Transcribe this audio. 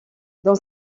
dans